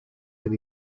del